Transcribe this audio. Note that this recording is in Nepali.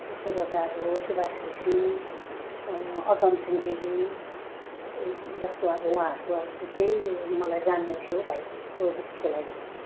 त्यसले गर्दा अब सुभाष घिसिङ अगम सिंह गिरी यही जस्तो उहाँहरूको अब चाहिँ केही मलाई जान्नु थियो हो भाइ प्रोजेक्टको लागि